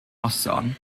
noson